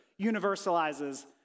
universalizes